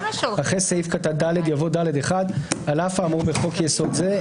אחרי סעיף קטון (ד) יבוא (ד1)על אף האמור בחוק יסוד זה,